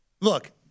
Look